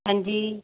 ਹਾਂਜੀ